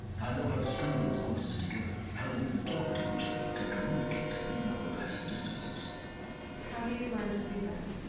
i know how to string those voices together. how to make them talk to each other. to communicate, even over vast and distances how do you learn to do that?